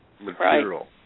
material